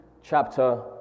chapter